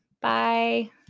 Bye